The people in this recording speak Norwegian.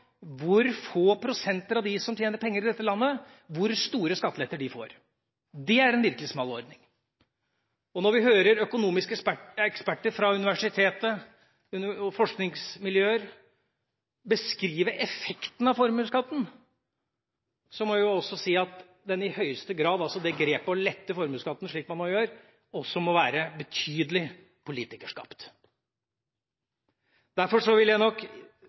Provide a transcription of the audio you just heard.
hvor store skatteletter de få prosenter av dem som tjener penger i dette landet, får. Det er en virkelig smal ordning. Og når vi hører økonomiske eksperter fra universiteter og forskningsmiljøer beskrive effekten av å lette formuesskatten, slik man nå gjør – må jeg si at den i høyeste grad også må være betydelig politikerskapt. Derfor ville jeg nok